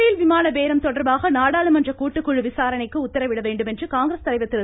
பேல் விமான பேரம் தொடர்பாக நாடாளுமன்ற கூட்டுக்குழு விசாரணைக்கு உத்தரவிட வேண்டும் என்று காங்கிரஸ் தலைவர் திரு